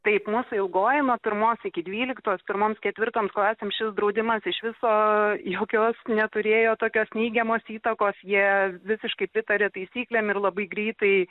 taip mūsų ilgoji nuo pirmos iki dvyliktos pirmoms ketvirtoms klasėms šis draudimas iš viso jokios neturėjo tokios neigiamos įtakos jie visiškai pritarė taisyklėm ir labai greitai